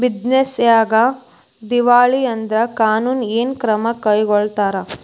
Business ನ್ಯಾಗ ದಿವಾಳಿ ಆದ್ರ ಕಾನೂನು ಏನ ಕ್ರಮಾ ಕೈಗೊಳ್ತಾರ?